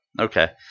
Okay